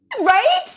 right